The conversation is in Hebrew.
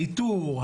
האיתור,